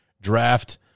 draft